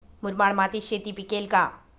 मुरमाड मातीत शेती पिकेल का?